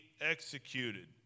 executed